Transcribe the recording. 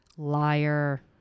liar